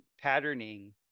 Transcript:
patterning